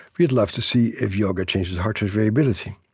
we'd love to see if yoga changes heart rate variability.